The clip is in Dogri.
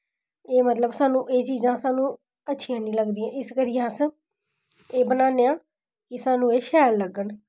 एह् मतलब सानूं एह् चीजां सानूं अच्छियां निं लगदियां इस करियै अस एह् बनान्ने आं कि एह् सानूं शैल लगन